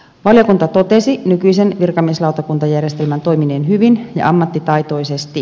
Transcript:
valiokunta totesi nykyisen virkamieslautakuntajärjestelmän toimineen hyvin ja ammattitaitoisesti